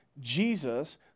Jesus